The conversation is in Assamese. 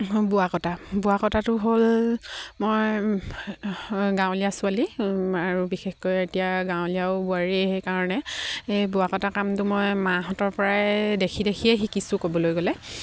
বোৱা কটা বোৱা কটাটো হ'ল মই গাঁৱলীয়া ছোৱালী আৰু বিশেষকৈ এতিয়া গাঁৱলীয়াও বোৱাৰীয়ে সেইকাৰণে এই বোৱা কটা কামটো মই মাহঁতৰ পৰাই দেখি দেখিয়ে শিকিছোঁ ক'বলৈ গ'লে